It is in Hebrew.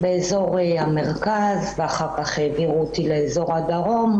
באזור המרכז ואחר-כך העבירו אותי לאזור הדרום.